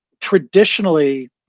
traditionally